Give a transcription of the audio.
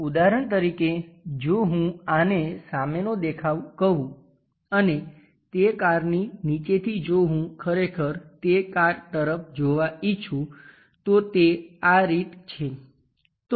ઉદાહરણ તરીકે જો હું આને સામેનો દેખાવ કહું અને તે કારની નીચેથી જો હું ખરેખર તે કાર તરફ જોવાં ઈચ્છું તો તે આ રીતે છે